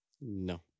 No